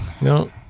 No